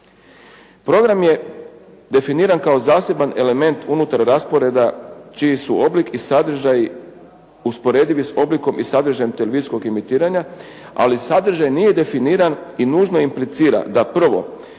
Program je definiran kao zaseban element unutar rasporeda čiji je oblik i sadržaj usporedivi s oblikom i sadržajem televizijskog emitiranja ali sadržaj nije definiran i nužno implicira da prvo